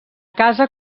casa